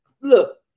Look